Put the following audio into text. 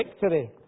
victory